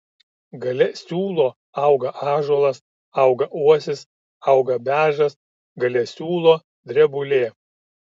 gale siūlo auga ąžuolas auga uosis auga beržas gale siūlo drebulė